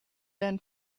than